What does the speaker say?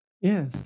Yes